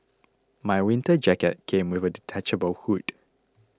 my winter jacket came with a detachable hood